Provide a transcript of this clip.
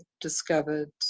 discovered